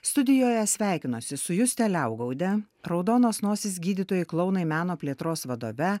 studijoje sveikinosi su juste liaugaude raudonos nosys gydytojai klounai meno plėtros vadove